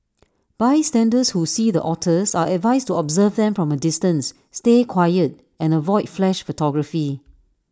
bystanders who see the otters are advised to observe them from A distance stay quiet and avoid flash photography